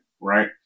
right